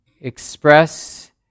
express